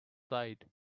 site